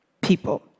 People